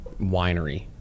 winery